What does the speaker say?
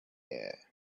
air